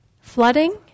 Flooding